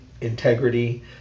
integrity